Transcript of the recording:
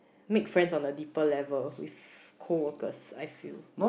make friends on the deeper level with cold waters I feel